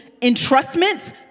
entrustments